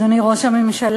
אדוני ראש הממשלה,